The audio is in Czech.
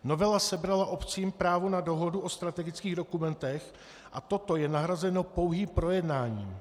Novela sebrala obcím právo na dohodu o strategických dokumentech a toto je nahrazeno pouhým projednáním.